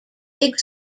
big